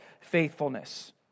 faithfulness